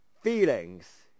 Feelings